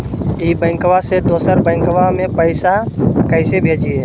ई बैंकबा से दोसर बैंकबा में पैसा कैसे भेजिए?